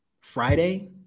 Friday